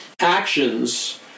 actions